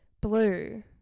blue